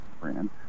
brand